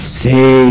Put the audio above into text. say